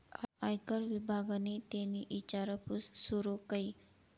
आयकर विभागनि तेनी ईचारपूस सूरू कई